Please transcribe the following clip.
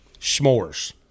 S'mores